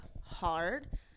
hard